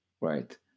right